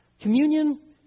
Communion